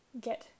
get